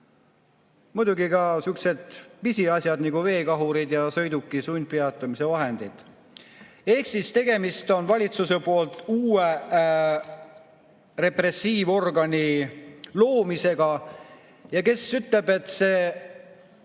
Muidugi on ka sihukesed pisiasjad nagu veekahurid ja sõiduki sundpeatamise vahendid. Ehk tegemist on valitsuse poolt uue repressiivorgani loomisega. Ja kes ütleb, et see